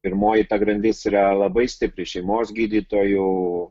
pirmoji ta grandis yra labai stipri šeimos gydytojų